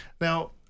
Now